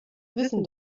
wissen